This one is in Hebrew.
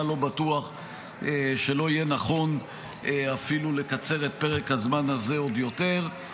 שאני בכלל לא בטוח שלא יהיה נכון אפילו לקצר את פרק הזמן הזה עוד יותר.